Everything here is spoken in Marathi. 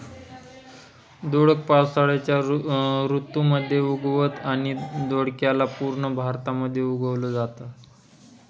दोडक पावसाळ्याच्या ऋतू मध्ये उगवतं आणि दोडक्याला पूर्ण भारतामध्ये उगवल जाता